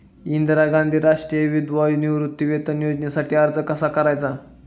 इंदिरा गांधी राष्ट्रीय विधवा निवृत्तीवेतन योजनेसाठी अर्ज कसा करायचा?